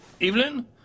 Evelyn